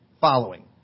following